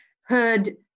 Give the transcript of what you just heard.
heard